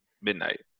midnight